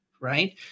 right